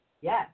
Yes